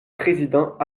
président